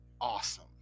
awesome